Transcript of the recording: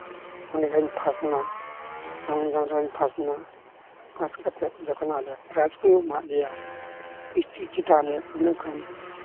ᱚᱸᱰᱮ ᱦᱚᱸᱧ ᱯᱷᱟᱥᱴ ᱮᱱᱟ ᱞᱚᱝ ᱡᱟᱢ ᱨᱮᱦᱚᱸᱧ ᱯᱷᱟᱥᱴ ᱮᱱᱟ ᱯᱷᱟᱥᱴ ᱠᱟᱛᱮ ᱡᱚᱠᱷᱚᱱ ᱟᱞᱮ ᱯᱨᱟᱭᱤᱡᱽ ᱠᱚ ᱮᱢᱟᱜ ᱞᱮᱭᱟ ᱥᱴᱮᱡᱽ ᱪᱮᱛᱟᱱᱨᱮ ᱩᱱᱟᱹᱜ ᱜᱟᱱ